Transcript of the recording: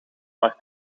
maar